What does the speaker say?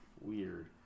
weird